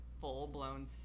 full-blown